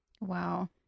Wow